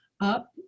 up